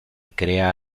crea